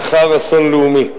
לאחר אסון לאומי,